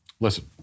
Listen